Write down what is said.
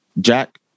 Jack